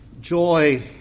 Joy